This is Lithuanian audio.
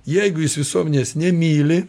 jeigu jis visuomenės nemyli